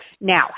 Now